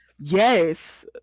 yes